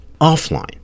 offline